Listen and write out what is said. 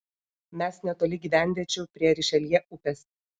mes netoli gyvenviečių prie rišeljė upės